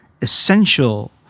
essential